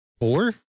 four